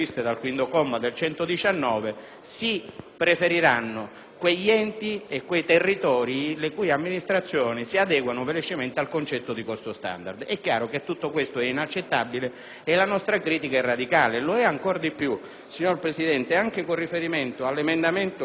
preferiranno quegli enti e quei territori le cui amministrazioni si adegueranno velocemente al concetto di costo standard. È chiaro che tutto questo è inaccettabile e la nostra critica è radicale, e lo è ancora di più, signor Presidente, sull'emendamento 21.800, presentato